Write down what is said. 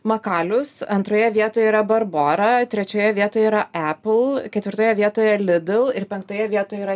makalius antroje vietoje yra barbora trečioje vietoje yra apple ketvirtoje vietoje lidl ir penktoje vietoje yra